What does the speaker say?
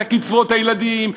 את קצבאות הילדים,